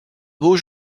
beau